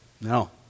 No